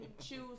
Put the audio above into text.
choose